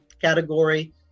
category